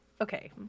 okay